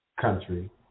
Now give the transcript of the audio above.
country